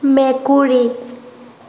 মেকুৰী